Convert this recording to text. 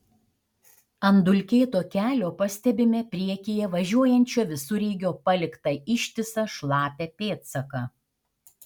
ant dulkėto kelio pastebime priekyje važiuojančio visureigio paliktą ištisą šlapią pėdsaką